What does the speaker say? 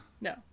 no